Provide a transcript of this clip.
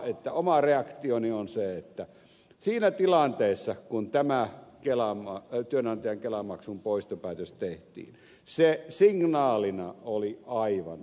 ensinnäkin oma reaktioni on se että siinä tilanteessa kun tämä työnantajan kelamaksun poistopäätös tehtiin se signaalina oli aivan ok